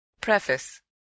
Preface